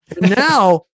Now